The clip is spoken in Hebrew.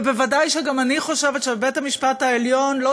וודאי שגם אני חושבת שבית-המשפט העליון לא